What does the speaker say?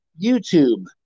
YouTube